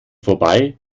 vorbei